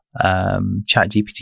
ChatGPT